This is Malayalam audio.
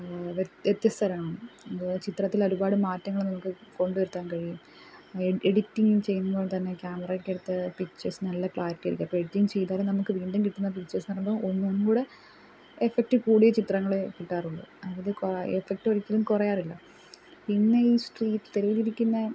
വെ വ്യത്യസ്തരവാണ് അപ്പോൾ ചിത്രത്തിലൊരുപാട് മാറ്റങ്ങൾ നമുക്ക് കൊണ്ട് വരുത്താൻ കഴിയും ഏട് എഡി എഡിറ്റിങ് ചെയ്യുമ്പോൾത്തന്നെ ക്യാമറക്കകത്ത് പിക്ച്ചേഴ്സ് നല്ല ക്ലാരിറ്റി ആയിരിക്കും അപ്പം എഡിറ്റിങ് ചെയ്താലും നമുക്ക് വീണ്ടും കിട്ടുന്ന പിച്ചേഴ്സ്ന്നറയുമ്പോൾ ഒന്നുകൂടെ എഫക്റ്റ് കൂടിയ ചിത്രങ്ങളെ കിട്ടാറുള്ളു അത് കൊ എഫക്റ്റൊരിയ്ക്കലും കുറയാറില്ല പിന്നെ ഈ സ്ട്രീറ്റ് തെരുവിലിരിക്കുന്ന